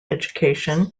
education